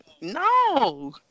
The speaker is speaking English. no